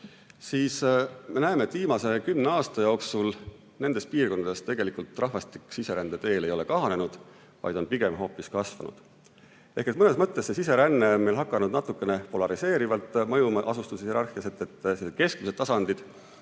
siis me näeme, et viimase kümne aasta jooksul nendes piirkondades tegelikult rahvastik siserände teel ei ole kahanenud, vaid on pigem hoopis kasvanud. Ehk mõnes mõttes on see siseränne meil hakanud natukene polariseerivalt mõjuma asustushierarhias. Sellised keskmised tasandid,